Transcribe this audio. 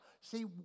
See